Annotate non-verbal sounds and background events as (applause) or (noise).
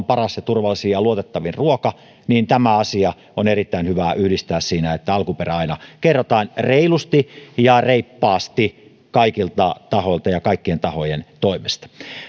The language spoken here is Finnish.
(unintelligible) paras ja turvallisin ja luotettavin ruoka niin nämä asiat on erittäin hyvä yhdistää siinä että alkuperä aina kerrotaan reilusti ja reippaasti kaikilta tahoilta ja kaikkien tahojen toimesta